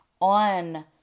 on